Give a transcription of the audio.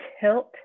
tilt